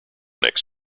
next